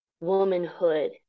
womanhood